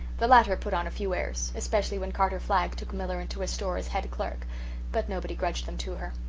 the latter put on a few airs especially when carter flagg took miller into his store as head clerk but nobody grudged them to her.